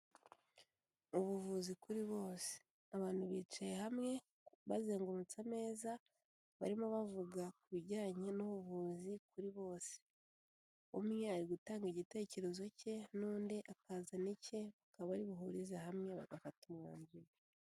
Ubuvuzi kuri bose. Abantu bicaye hamwe, bazengurutse ameza, barimo bavuga ku bijyanye n'ubuvuzi kuri bose. Umwe ari gutanga igitekerezo cye n'undi akazana icye, bakaba bari buhurize hamwe bagafata umwanzuro.